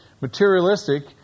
Materialistic